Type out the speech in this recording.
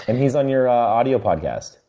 and he's on your audio podcast.